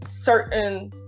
certain